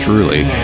Truly